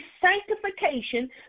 sanctification